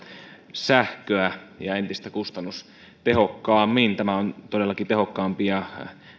sähköä ja entistä kustannustehokkaammin tämä on todellakin tehokkaampi ja